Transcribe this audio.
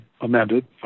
amended